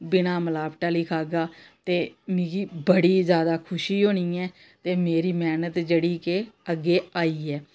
बिना मलावट आह्ली खागा ते मिगी बड़ी जैदा खुशी होनी ऐ ते मेरी मैह्नत जेह्ड़ी के अग्गे आई ऐ